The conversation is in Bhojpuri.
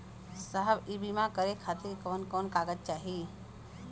साहब इ बीमा करें खातिर कवन कवन कागज चाही?